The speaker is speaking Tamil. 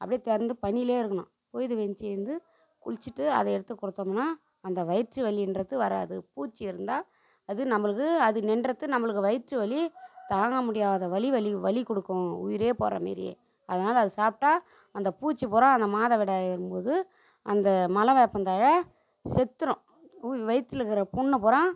அப்படியே திறந்து பனியிலேயே இருக்கணும் பொழுது விடிஞ்சு எழுந்து குளிச்சுட்டு அதை எடுத்து கொடுத்தோம்னா அந்த வயிற்று வலின்றது வராது பூச்சி இருந்தால் அது நம்மளுக்கு அது நின்றது நம்மளுக்கு வயிற்று வலி தாங்க முடியாத வலி வலி வலி கொடுக்கும் உயிரே போகிற மாரி அதனால் அது சாப்பிட்டா அந்த பூச்சி பூரா அந்த மாதவிடாயின்போது அந்த மலை வேப்பந்தழை செத்துடும் வயிற்றுல இருக்கிற புண்ணை பூரா